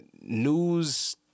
news